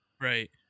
Right